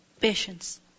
Patience